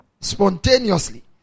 spontaneously